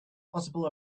possible